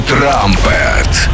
Trumpet